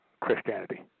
Christianity